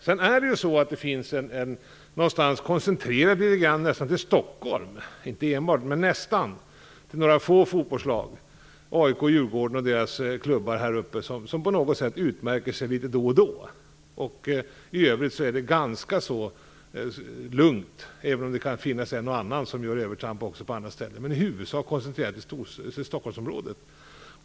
Det bråk som förekommer är inte enbart, men nästan, koncentrerat till Stockholm och till några få fotbollslag - AIK, Djurgården och deras klubbar här uppe - som på något sätt utmärker sig litet då och då. I övrigt är det ganska lugnt, även om det kan finnas en och annan som gör övertramp på andra ställen. I huvudsak är detta alltså koncentrerat till Stockholmsområdet.